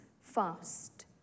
fast